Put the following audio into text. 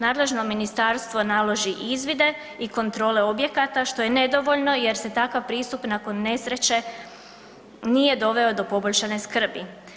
Nadležno ministarstvo naloži izvide i kontrole objekata što je nedovoljno jer se takav pristup nakon nesreće nije doveo do poboljšane skrbi.